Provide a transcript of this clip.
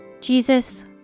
Jesus